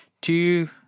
two